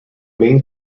main